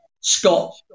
Scott